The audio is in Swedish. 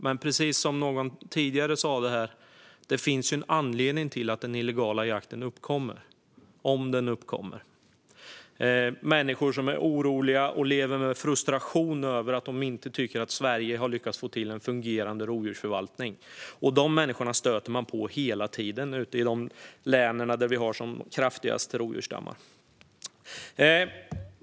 Men precis som någon sa tidigare finns det en anledning att den illegala jakten uppkommer, om den uppkommer. Det är människor som är oroliga för och som lever med frustration över att de inte tycker att Sverige har lyckats få till en fungerande rovdjursförvaltning. Dem stöter man på hela tiden i de län där vi har de kraftigaste rovdjursstammarna.